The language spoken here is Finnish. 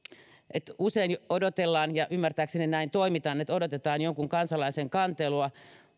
usein toimitaan ymmärtääkseni niin että odotetaan jonkun kansalaisen kantelua